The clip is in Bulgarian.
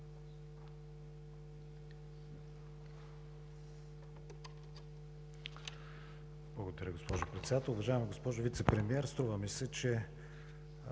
Благодаря, госпожо Председател. Уважаема госпожо Вицепремиер, струва ми се, че